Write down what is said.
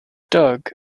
doug